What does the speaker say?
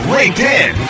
LinkedIn